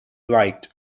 liked